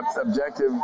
objective